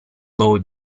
boy